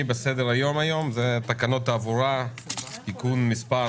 בנושא הצעת תקנות התעבורה (תיקון מס'